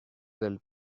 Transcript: del